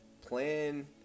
Plan